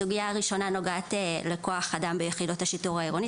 הסוגייה הראשונה נוגעת לכוח אדם ביחידות השיטור העירוני,